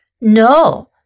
No